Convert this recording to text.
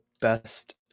best